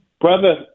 brother